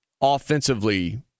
offensively